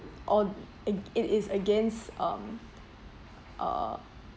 or it it is against um uh